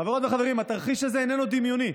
חברות וחברים, התרחיש הזה איננו דמיוני.